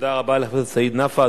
תודה רבה לחבר הכנסת סעיד נפאע.